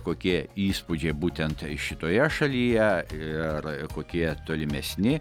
kokie įspūdžiai būtent šitoje šalyje ir kokie tolimesni